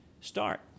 start